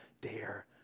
dare